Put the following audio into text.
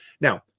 Now